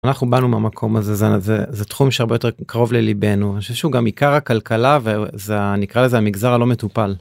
אנחנו באנו מהמקום הזה זה זה זה תחום שהרבה יותר קרוב לליבנו אני חושב שהוא גם עיקר הכלכלה וזה נקרא לזה המגזר הלא מטופל.